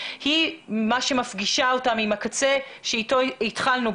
היא מה שמפגישה אותם עם הקצה ובזה בעצם התחלנו,